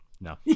No